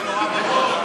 כי זה נורא במודה,